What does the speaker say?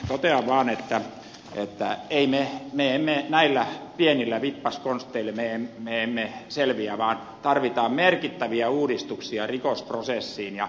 totean vaan että me emme näillä pienillä vippaskonsteilla selviä vaan tarvitaan merkittäviä uudistuksia rikosprosessiin